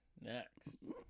next